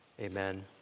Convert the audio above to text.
amen